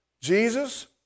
Jesus